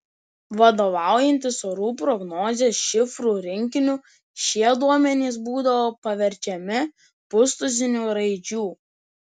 vadovaujantis orų prognozės šifrų rinkiniu šie duomenys būdavo paverčiami pustuziniu raidžių